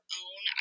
own